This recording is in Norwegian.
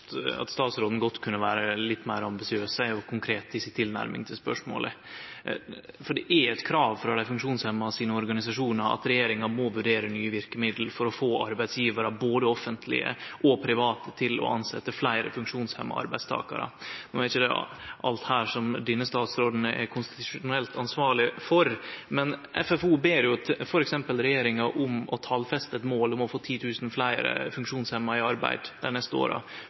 statsråden godt kunne vere litt meir ambisiøs og konkret i si tilnærming til spørsmålet. Det er eit krav frå dei funksjonshemma sine organisasjonar at regjeringa må vurdere nye verkemiddel for å få arbeidsgjevarar, både offentlege og private, til å tilsetje fleire funksjonshemma arbeidstakarar. No er det ikkje alt her som denne statsråden er konstitusjonelt ansvarleg for, men FFO ber f.eks. regjeringa om å talfeste eit mål om å få 10 000 fleire funksjonshemma i arbeid dei neste åra.